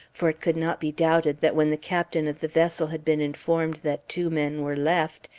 for it could not be doubted that when the captain of the vessel had been informed that two men were left,